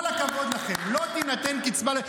כל הכבוד לכם, לא תינתן קצבה.